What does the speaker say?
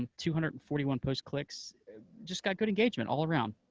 and two hundred and forty one post clicks. it just got good engagement all around.